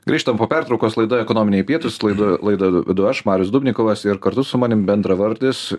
grįžtam po pertraukos laida ekonominiai pietūs laidą laidą vedu aš marius dubnikovas ir kartu su manim bendravardis